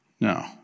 No